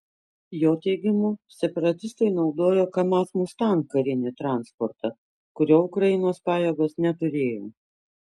jo teigimu separatistai naudojo kamaz mustang karinį transportą kurio ukrainos pajėgos neturėjo